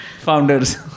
founders